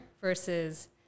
versus